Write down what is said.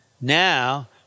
Now